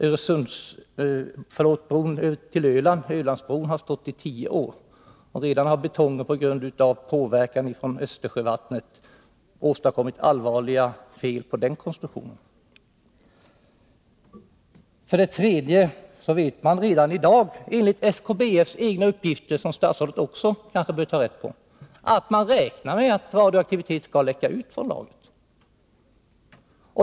Ölandsbron har stått i tio år, och påverkan på betongen från Östersjövattnet har redan åstadkommit allvarliga fel på den konstruktionen. För det tredje vet man redan i dag, enligt SKBF:s egna uppgifter — som statsrådet också bör ta rätt på — att radioaktivitet kan komma att läcka ut från lagret.